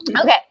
okay